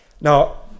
now